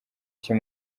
cye